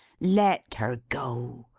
let her go,